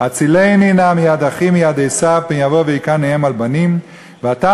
"הצילני נא מיד אחי מיד עשו" "פן יבוא והִכני אם על בנים"; "ואתה